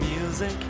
music